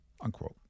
unquote